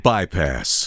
Bypass